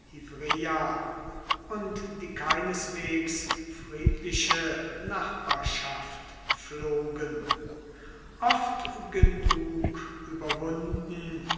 und die keineswegs friedliche nachbarschaft pflogen oft genug überwunden